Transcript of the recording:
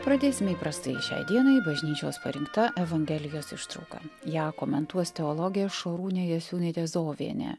pradėsime įprastai šiai dienai bažnyčios parinkta evangelijos ištrauka ją komentuos teologė šarūnė jasiūnaitė zovienė